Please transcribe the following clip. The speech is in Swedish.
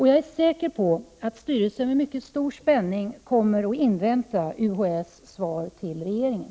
Jag är säker på att styrelsen med mycket stor spänning inväntar UHÄ:s svar till regeringen.